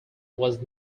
was